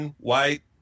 white